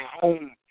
home